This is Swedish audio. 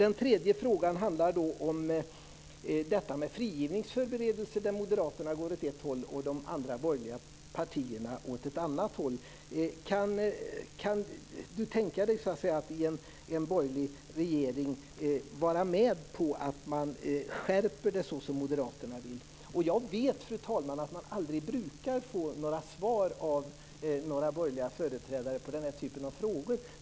Den tredje frågan handlar om frigivningsförberedelse. Där går Moderaterna åt ett håll och de andra borgerliga partierna åt ett annat håll. Kan Johan Pehrson tänka sig att i en borgerlig regeringen vara med på att man skärper reglerna såsom Moderaterna vill? Fru talman! Jag vet att man aldrig brukar några svar av några borgerliga företrädare på den här typen av frågor.